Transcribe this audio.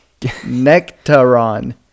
Nectaron